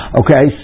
okay